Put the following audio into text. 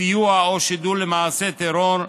סיוע או שידול למעשה טרור,